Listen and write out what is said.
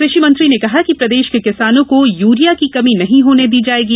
कृषि मंत्री ने कहा कि प्रदेश के किसानों को यूरिया की कमी नहीं होने दी जायेगी